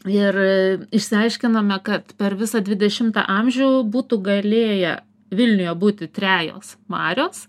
ir išsiaiškinome kad per visą dvidešimtą amžių būtų galėję vilniuje būti trejos marios